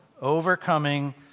Overcoming